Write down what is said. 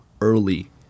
early